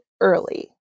early